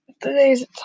today's